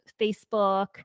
Facebook